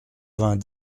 vingt